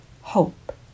hope